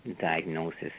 diagnosis